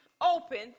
open